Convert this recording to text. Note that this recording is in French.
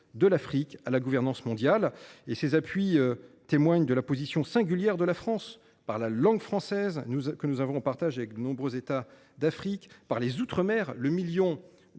de l’Afrique à la gouvernance mondiale. Ces appuis témoignent de la position singulière de la France, par la langue française, que nous avons en partage avec nombre d’États, comme par les outre mer. Avec le million de Français